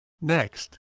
Next